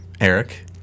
Eric